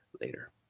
Later